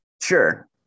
Sure